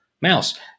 mouse